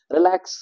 Relax